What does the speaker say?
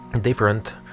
different